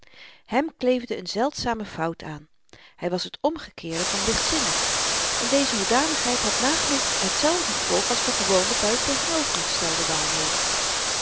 hem kleefde een zeldzame fout aan hy was t omgekeerde van lichtzinnig en deze hoedanigheid had nagenoeg hetzelfde gevolg als we gewoonlyk by het tegenovergestelde waarnemen